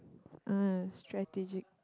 uh strategic